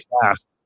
fast